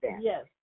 Yes